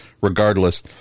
regardless